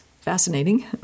fascinating